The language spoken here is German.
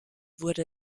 wurde